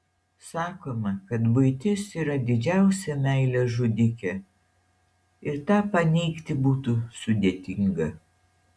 sakoma kad buitis yra didžiausia meilės žudikė ir tą paneigti būtų sudėtinga